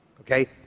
Okay